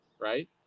right